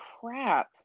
crap